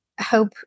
hope